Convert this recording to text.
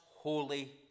holy